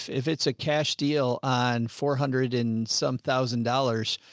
if it's a cash deal on four hundred and some thousand dollars,